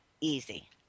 easy